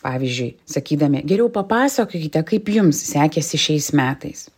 pavyzdžiui sakydami geriau papasakokite kaip jums sekėsi šiais metais